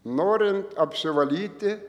norint apsivalyti